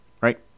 right